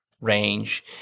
range